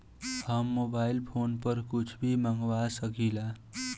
हम mobile phone पर कुछ भी मंगवा सकिला?